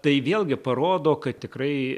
tai vėlgi parodo kad tikrai